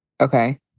Okay